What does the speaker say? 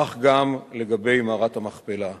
וכך גם לגבי מערת המכפלה.